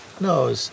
No